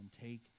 take